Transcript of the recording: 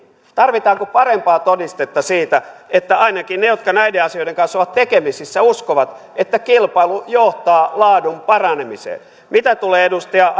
tarvitaanko parempaa todistetta siitä että ainakin ne jotka näiden asioiden kanssa ovat tekemisissä uskovat että kilpailu johtaa laadun paranemiseen mitä tulee edustaja